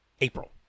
April